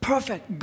Perfect